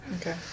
okay